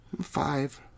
Five